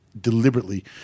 deliberately